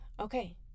Okay